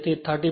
તેથી તે 35